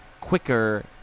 quicker